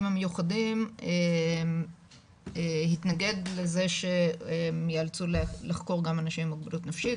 המיוחדים התנגד לזה שהם יאלצו לחקור גם אנשים עם מוגבלות נפשית,